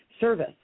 service